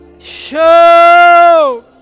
Show